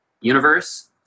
universe